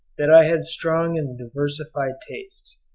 that i had strong and diversified tastes,